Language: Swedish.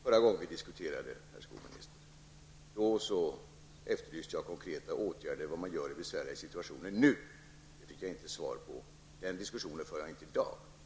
Förra gången vi diskuterade, herr skolminister, efterlyste jag konkreta åtgärder i besvärliga situationer. Det fick jag inte svar på. Den diskussionen för jag inte i dag.